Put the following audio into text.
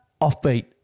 offbeat